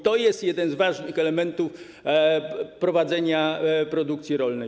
To jest jeden z ważnych elementów prowadzenia produkcji rolnej.